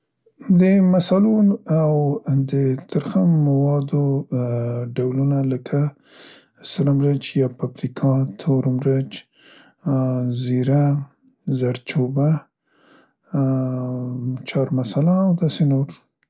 د مسالو او د ترخه موادو ډولنه لکه سره مرچ یا پپریکا، تور مرچ، ا، زیره، زرچوبه، ا ا، چارمساله او داسې نور.